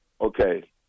okay